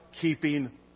keeping